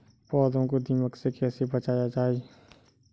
पौधों को दीमक से कैसे बचाया जाय?